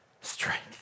strength